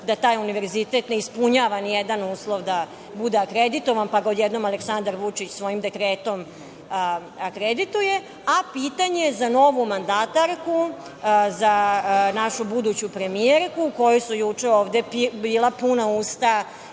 da taj univerzitet ne ispunjava ni jedan uslov da bude akreditovan, pa ga odjednom Aleksandar Vučić svojim dekretom akredituje? **Aleksandra Jerkov** Pitanje za novu mandatarku, za našu buduću premijerku, kojoj su juče ovde bila puna usta